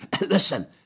Listen